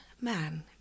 man